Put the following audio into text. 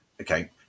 Okay